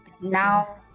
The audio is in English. now